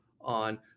on